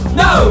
no